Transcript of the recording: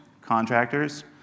contractors